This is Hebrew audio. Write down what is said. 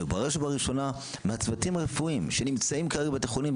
ובראש ובראשונה מהצוותים הרפואיים שנמצאים כרגע בבתי חולים,